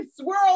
swirl